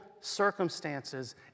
circumstances